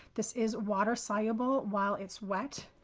this is water-soluble while it's wet,